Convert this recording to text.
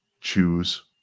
choose